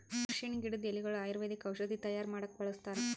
ಅರ್ಷಿಣ್ ಗಿಡದ್ ಎಲಿಗೊಳು ಆಯುರ್ವೇದಿಕ್ ಔಷಧಿ ತೈಯಾರ್ ಮಾಡಕ್ಕ್ ಬಳಸ್ತಾರ್